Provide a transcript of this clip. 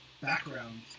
background